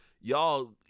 y'all